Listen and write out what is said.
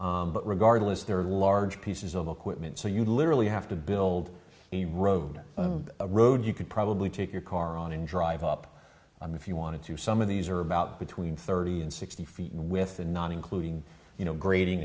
but regardless there are large pieces of equipment so you literally have to build a road or a road you could probably take your car on and drive up on if you wanted to some of these are about between thirty and sixty feet with the not including you know grading